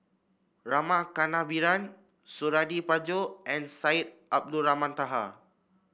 Rama Kannabiran Suradi Parjo and Syed Abdulrahman Taha